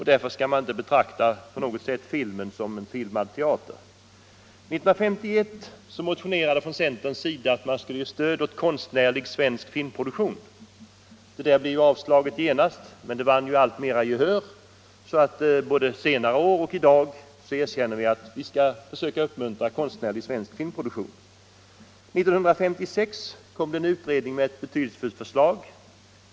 Därför skall man inte betrakta filmen som filmad teater. 1951 motionerade centern om stöd åt konstnärlig svensk filmproduktion. Motionen blev avslagen, men tanken vann alltmera gehör. Numera erkänns allmänt att vi skall försöka uppmuntra konstnärlig svensk filmproduktion. 1956 kom en utredning med ett betydelsefullt förslag.